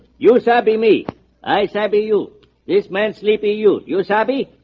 you sappy me i savvy you this man sleepy you use hobby